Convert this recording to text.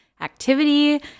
activity